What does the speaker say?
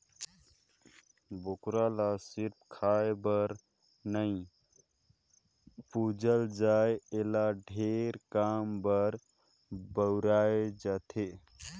बोकरा ल सिरिफ खाए बर नइ पूजल जाए एला ढेरे काम बर बउरे जाथे